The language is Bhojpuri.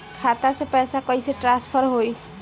खाता से पैसा कईसे ट्रासर्फर होई?